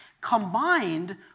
combined